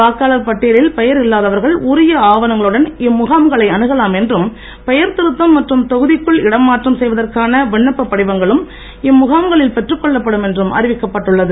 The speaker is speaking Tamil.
வாக்காளர் பட்டியலில் பெயர் இல்லாதவர்கள் உரிய ஆவணங்களுடன் இம்முகாம்களை அணுகலாம் என்றும் பெயர் திருத்தம் மற்றும் தொகுதிக்குள் இடமாற்றம் செய்வதற்கான விண்ணப்ப படிவங்களும் இம்முகாம்களில் பெற்றுக் கொள்ளப்படும் என்றும் அறிவிக்கப்பட்டு உள்ளது